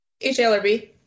HLRB